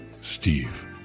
Steve